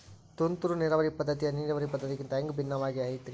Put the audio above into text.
ತುಂತುರು ನೇರಾವರಿ ಪದ್ಧತಿ, ಹನಿ ನೇರಾವರಿ ಪದ್ಧತಿಗಿಂತ ಹ್ಯಾಂಗ ಭಿನ್ನವಾಗಿ ಐತ್ರಿ?